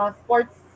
sports